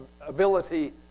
ability